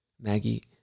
Maggie